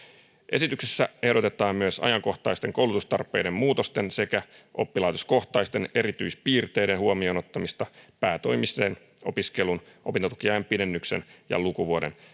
esityksessä ehdotetaan myös ajankohtaisten koulutustarpeiden muutosten sekä oppilaitoskohtaisten erityispiirteiden huomioon ottamista päätoimisen opiskelun opintotukiajan pidennyksen ja lukuvuoden